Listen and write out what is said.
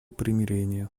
примирения